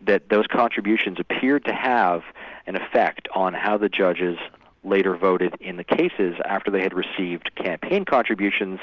that those contributions appeared to have an effect on how the judges later voted in the cases, after they had received campaign contributions